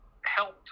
helped